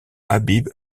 habib